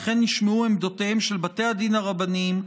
וכן נשמעו עמדותיהם של בתי הדין הרבניים,